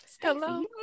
Hello